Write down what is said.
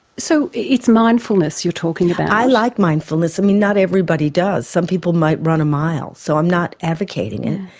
so it's mindfulness you're talking about? i like mindfulness um and not everybody does, some people might run a mile so i'm not advocating it,